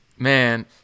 Man